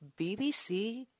BBC